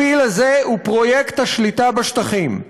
הפיל הזה הוא פרויקט השליטה בשטחים,